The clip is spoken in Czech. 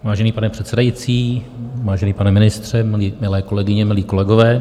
Vážený pane předsedající, vážený pane ministře, milé kolegyně, milí kolegové.